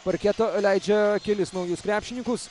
parketo leidžia kelis naujus krepšininkus